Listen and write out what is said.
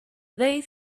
they